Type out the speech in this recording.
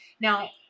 Now